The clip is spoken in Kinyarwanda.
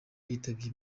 yitabye